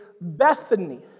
Bethany